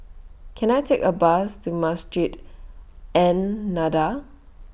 Can I Take A Bus to Masjid An Nahdhah